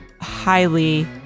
highly